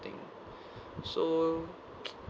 thing so